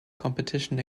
competition